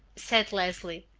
said leslie